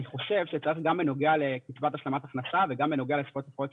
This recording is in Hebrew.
אני חושב שגם בנוגע לקצבת השלמת הכנסה וגם בנוגע לפרויקט